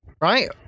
Right